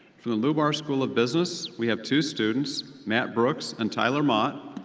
from the lubar school of business, we have two students matt brooks and tyler mott.